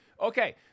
Okay